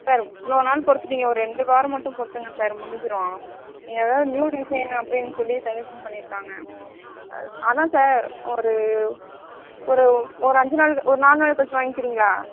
sir இவ்ளோ நாள் பொறுத்துவிட்டீங்க ஒரு ரெண்டு வாரம் மட்டும் பொறுத்துக்குங்க சார் முடிஞ்சிரும் எதாவது நியூ டிசைன் அப்படின்னு சொல்லி செலெக்சன் பண்ணிருக்காங்க அதான் சார் ஒரு ஒரு ஒரு அஞ்சு நாள் ஒரு நாலு நாள் கழிச்சு வாங்கிக்கிறீங்களா